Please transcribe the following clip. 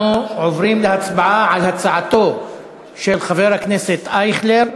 אנחנו עוברים להצבעה על הצעתו של חבר הכנסת אייכלר,